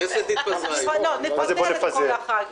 אם היית שומע את הסוף אז לא היית --- פורר.